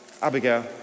Abigail